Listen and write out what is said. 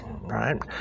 right